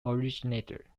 originator